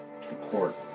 support